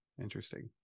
Interesting